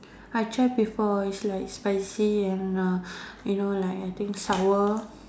I try before it's like spicy and uh you know like I think sour